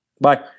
Bye